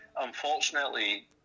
unfortunately